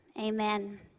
Amen